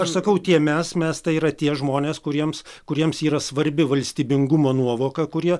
aš sakau tie mes mes tai yra tie žmonės kuriems kuriems yra svarbi valstybingumo nuovoka kurie